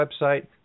website